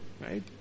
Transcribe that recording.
right